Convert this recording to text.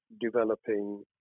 developing